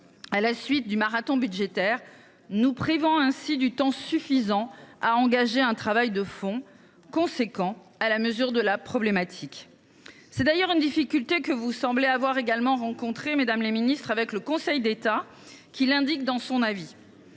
à la suite du marathon budgétaire, nous privant ainsi du temps suffisant pour engager un travail de fond d’ampleur, à la mesure de la problématique. C’est d’ailleurs une difficulté que vous semblez avoir également rencontrée, mesdames les ministres, avec le Conseil d’État, qui en fait mention dans son avis.